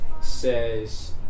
says